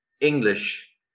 English